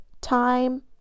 time